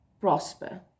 prosper